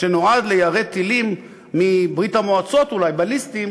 שנועד ליירט טילים מברית-המועצות, אולי, בליסטיים,